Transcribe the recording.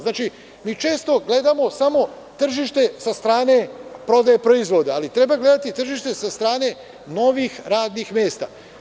Znači, mi često gledamo samo tržište sa strane prodaje proizvoda, ali treba gledati tržište sa strane novih radnih mesta.